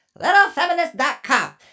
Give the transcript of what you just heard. Littlefeminist.com